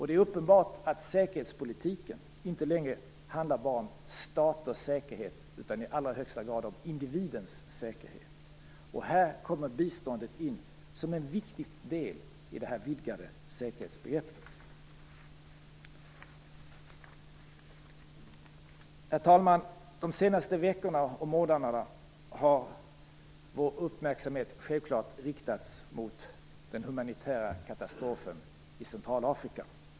Det är uppenbart att säkerhetspolitiken inte längre enbart handlar om staters säkerhet, utan i allra högsta grad om individens säkerhet. Här kommer biståndet in som en viktig del i det vidgade säkerhetsbegreppet. Herr talman! De senaste veckorna och månaderna har vår uppmärksamhet självklart riktats mot den humanitära katastrofen i Centralafrika.